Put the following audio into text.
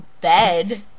bed